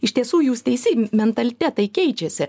iš tiesų jūs teisi mentalitetai keičiasi